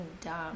dumb